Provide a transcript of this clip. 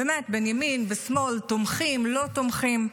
באמת, בין ימין לשמאל, תומכים, לא תומכים.